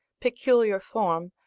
peculiar form,